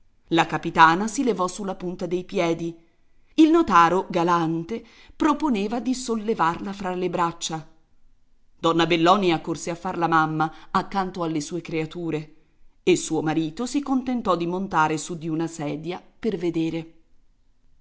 la capitana si levò sulla punta dei piedi il notaro galante proponeva di sollevarla fra le braccia donna bellonia corse a far la mamma accanto alle sue creature e suo marito si contentò di montare su di una sedia per vedere